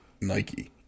Nike